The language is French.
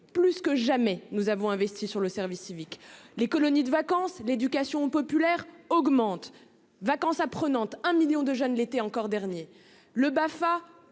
Plus que jamais nous avons investi sur le service civique. Les colonies de vacances. L'éducation populaire augmente vacances à prenante un million de l'été encore dernier le BAFA